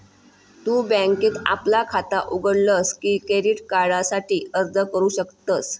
तु बँकेत आपला खाता उघडलस की क्रेडिट कार्डासाठी अर्ज करू शकतस